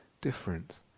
difference